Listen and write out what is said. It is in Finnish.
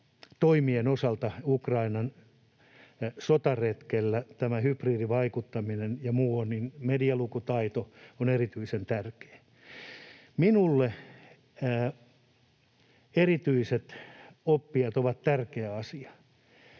toimien osalta Ukrainan sotaretkellä hybridivaikuttaminen ja muu on, niin medialukutaito on erityisen tärkeä. Minulle erityiset oppijat ovat tärkeä asia.